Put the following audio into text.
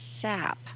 sap